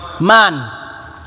Man